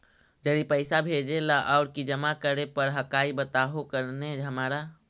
जड़ी पैसा भेजे ला और की जमा करे पर हक्काई बताहु करने हमारा?